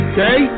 Okay